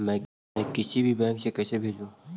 मैं किसी बैंक से कैसे भेजेऊ